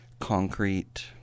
concrete